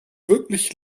wirklich